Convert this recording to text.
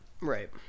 Right